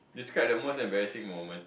describe the most embarrassing moment